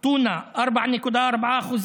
טונה, 4.4%,